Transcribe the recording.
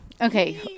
Okay